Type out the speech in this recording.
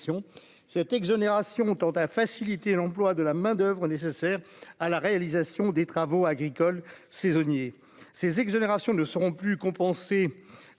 cette exonération tend à faciliter l'emploi de la main d'oeuvre nécessaire à la réalisation des travaux agricoles saisonniers, ces exonérations ne seront plus compensées